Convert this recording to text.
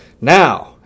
now